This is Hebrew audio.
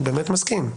אני באמת מסכים.